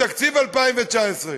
בתקציב 2019,